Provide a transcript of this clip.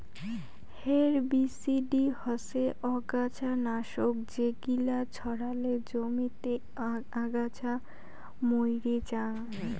herbicide হসে অগাছা নাশক যেগিলা ছড়ালে জমিতে আগাছা মইরে জাং